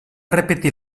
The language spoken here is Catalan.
repetir